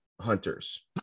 hunters